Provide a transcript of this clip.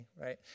Right